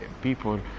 people